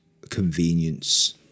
convenience